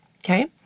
Okay